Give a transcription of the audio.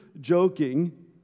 joking